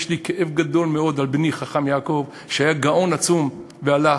יש לי כאב גדול מאוד על בני חכם יעקב שהיה גאון עצום והלך.